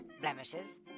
blemishes